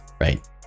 right